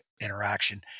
interaction